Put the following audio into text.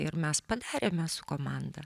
ir mes padarėme su komanda